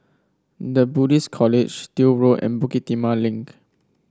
The Buddhist College Still Road and Bukit Timah Link